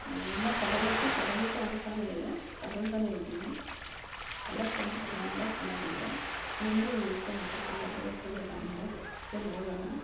ಇನ್ನು ತಗೊಬೇಕು ತಗೊಬೇಕು ಅನಿಸ್ತಾನೆ ಇದೆ ತಗೊತಾನೆ ಇದೀನಿ ಕಲರ್ಸ್ ಅಂತೂ ತುಂಬ ಚೆನ್ನಾಗಿದೆ ನಿನಗೂ ಹಿಡ್ಸೋ ಅಂಥ ಕಲರು ಒಂದ್ಸಲಿ ಬಂದು ನೋಡು ಜೊತೆಲಿ ಹೋಗಣ